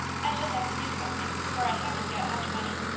i shall have to do something, for i haven't got much money.